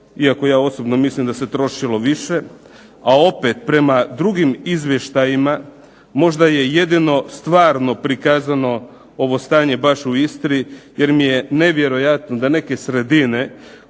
iako ja osobno mislim da se trošilo više. A opet prema drugim izvještajima možda je jedino stvarno prikazano ovo stanje baš u Istri, jer mi je nevjerojatno da neke sredine